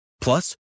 Plus